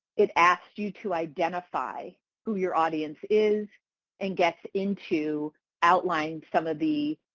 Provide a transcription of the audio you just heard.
it asks you to identify who your audience is and gets into outlining some of the